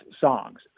songs